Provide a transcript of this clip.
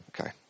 Okay